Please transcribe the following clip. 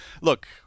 look